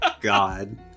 God